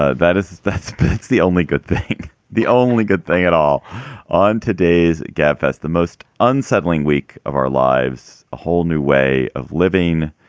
ah that is that's the only good thing the only good thing at all on today's gabfests, the most unsettling week of our lives, a whole new way of living.